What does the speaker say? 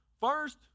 First